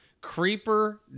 creeper